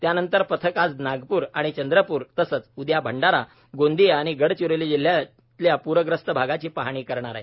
त्यानंतर पथक आज नागपूर आणि चंद्रपूर तसंच उद्या भंडारा गोंदीया आणि गडचिरोली जिल्ह्यातल्या प्रग्रस्त भागाची पाहणी करणार आहे